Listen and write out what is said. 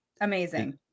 Amazing